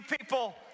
people